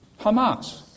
Hamas